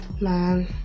Man